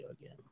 again